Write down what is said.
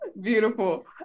beautiful